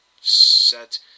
set